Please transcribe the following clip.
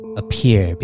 appear